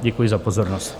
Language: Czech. Děkuji za pozornost.